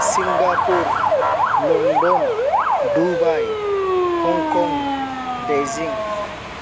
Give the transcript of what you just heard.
Singapore London Dubai Hong Kong Beijing